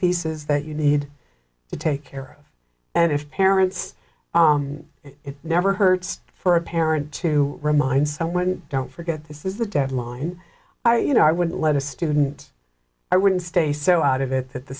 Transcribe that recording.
pieces that you need to take care of and as parents it never hurts for a parent to remind someone don't forget this is a deadline are you know i would lead a student i wouldn't stay so out of it that the